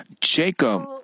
Jacob